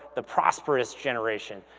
the prosperous generation,